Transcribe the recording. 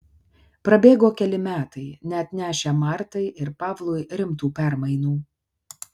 prabėgo keli metai neatnešę martai ir pavlui rimtų permainų